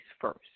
first